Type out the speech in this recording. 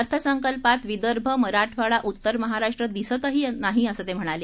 अर्थसंकल्पात विदर्भ मराठवाडा उत्तर महाराष्ट्र दिसतही नाही असं ते म्हणाले